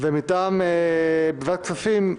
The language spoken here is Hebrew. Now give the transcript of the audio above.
בוועדת כספים,